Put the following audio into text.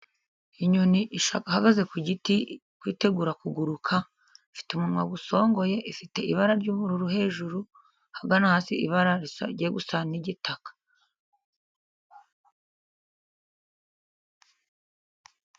Inyoni ihagaze ku giti irikwitegura kuguruka ifite umunwa usongoye, ifite ibara ry'ubururu hejuru hagana hasi ibara rigiye gusa ngitaka.